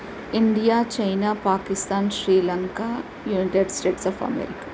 India China Pakistan Sri Lanka United States of America